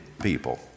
people